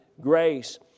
grace